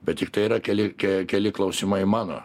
bet tiktai yra keli ke keli klausimai mano